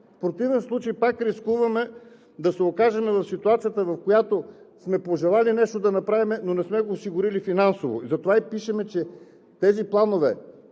В противен случай пак рискуваме да се окажем в ситуацията, в която сме пожелали нещо да направим, но не сме го осигурили финансово. Затова и пишем, че средствата